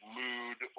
mood